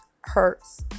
hurts